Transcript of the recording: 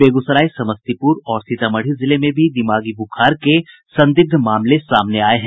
बेगूसराय समस्तीपुर और सीतामढ़ी जिले में भी दिमागी बुखार के संदिग्ध मामले सामने आये हैं